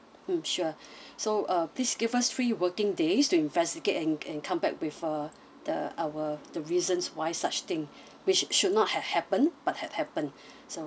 mm sure so uh please give us three working days to investigate and and come back with uh the our the reasons why such thing which should not have happened but had happened